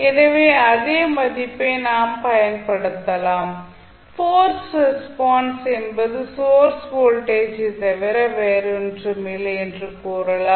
எனவே அதே மதிப்பை நாம் பயன்படுத்தலாம் போர்ஸ்டு ரெஸ்பான்ஸ் என்பது சோர்ஸ் வோல்டேஜை தவிர வேறொன்றுமில்லை என்று கூறலாம்